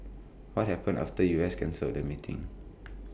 what happened after U S cancelled the meeting